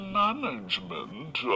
management